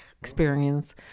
experience